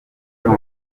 john